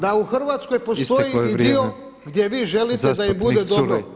da u Hrvatskoj postoji i dio gdje vi želite da im bude dobro.